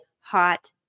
Hot